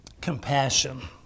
compassion